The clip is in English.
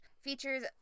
features